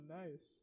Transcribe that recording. nice